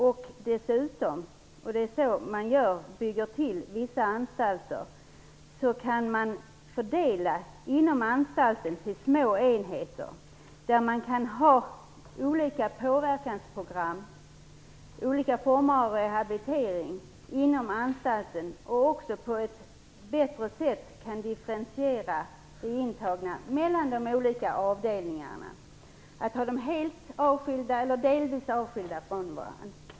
Om man, som sker, bygger till vissa anstalter, kan man inom dessa anstalter inrätta små enheter där man kan genomföra påverkansprogram och olika former av rehabilitering. Man kan också på ett bättre sätt differentiera de intagna mellan de olika avdelningarna och ha dem helt eller delvis avskilda från varandra.